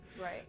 Right